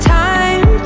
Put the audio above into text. time